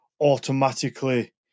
automatically